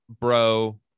bro